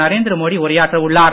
நரேந்திர மோடி உரையாற்ற உள்ளார்